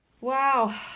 Wow